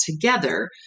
together